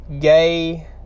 gay